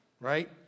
right